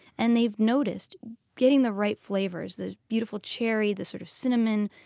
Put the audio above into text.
and they've noticed getting the right flavors the beautiful cherry, this sort of cinnamon,